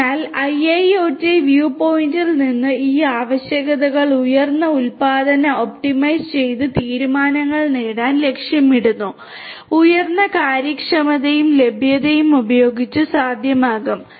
അതിനാൽ IIoT view പോയിന്റിൽ നിന്ന് ഈ ആവശ്യകതകൾ ഉയർന്ന ഉൽപാദന ഒപ്റ്റിമൈസ് ചെയ്ത തീരുമാനങ്ങൾ നേടാൻ ലക്ഷ്യമിടുന്നു ഉയർന്ന കാര്യക്ഷമതയും ലഭ്യതയും ഉപയോഗിച്ച് സാധ്യമാകും